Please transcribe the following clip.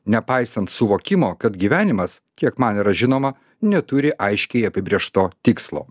nepaisant suvokimo kad gyvenimas kiek man yra žinoma neturi aiškiai apibrėžto tikslo